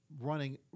running